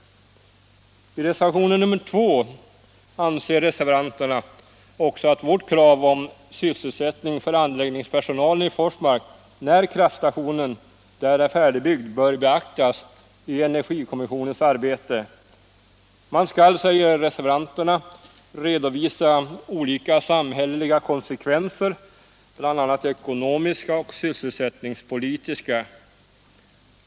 I reservationen 2 anför reservanterna att vårt krav på sysselsättning för anläggningspersonalen i Forsmark när kraftstationen där är färdigbyggd bör beaktas i energikommissionens arbete. Man skall, säger reservanterna, redovisa olika samhälleliga konsekvenser, bl.a. ekonomiska och sysselsättningspolitiska.